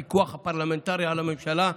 הפיקוח הפרלמנטרי על הממשלה,